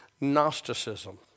Gnosticism